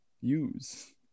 use